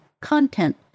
content